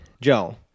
Joe